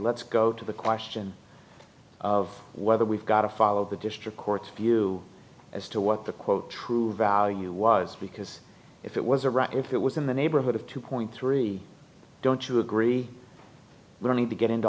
let's go to the question of whether we've got to follow the district court's view as to what the quote true value was because if it was a right if it was in the neighborhood of two point three don't you agree we're going to get into